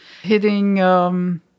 hitting –